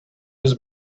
his